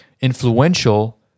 influential